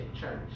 Church